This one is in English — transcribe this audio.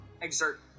exert